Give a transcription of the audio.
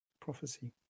prophecy